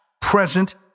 present